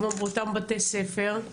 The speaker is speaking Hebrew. כמו באותם בתי ספר,